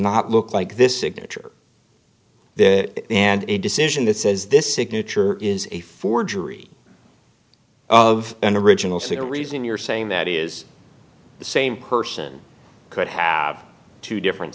not look like this ignitor and a decision that says this signature is a forgery of an original sin a reason you're saying that is the same person could have two different